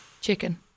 chicken